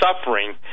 suffering